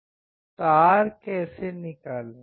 तार कैसे निकालें